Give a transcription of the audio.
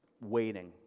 waiting